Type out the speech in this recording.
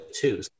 two